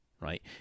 right